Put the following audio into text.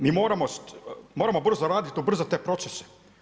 Mi moramo brzo raditi, ubrzati te procese.